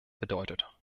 bedeutet